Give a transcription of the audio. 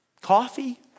Coffee